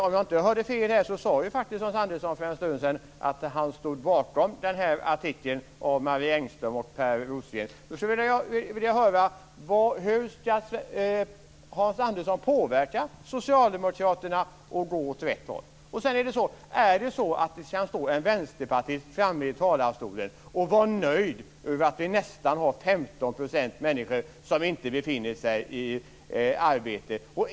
Om jag inte hörde fel sade faktiskt Hans Andersson för en stund sedan att han stod bakom artikeln av Marie Engström och Per Rosengren. Jag skulle vilja höra hur Hans Andersson ska påverka Socialdemokraterna att gå åt rätt håll. Är det så att det ska stå en vänsterpartist framme i talarstolen och vara nöjd över att vi har nästan 15 % människor som inte befinner sig i arbete?